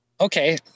Okay